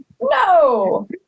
No